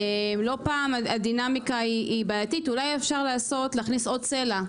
לא פעם הדינמיקה היא בעייתית אולי אפשר להכניס עוד סלע.